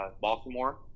Baltimore